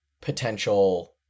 potential